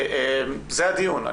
זה הדיון.